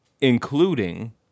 including